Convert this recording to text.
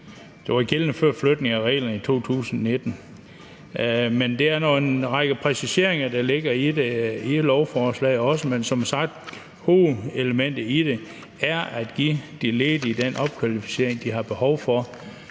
der var gældende før flytning af reglerne i 2019. Der ligger en række præciseringer i lovforslaget, men som sagt er hovedelementet i det at give de ledige den opkvalificering, de har behov for,